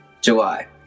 july